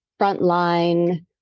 frontline